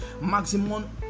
maximum